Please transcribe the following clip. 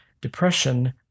Depression